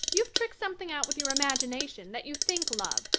you've tricked something out with your imagination that you think love,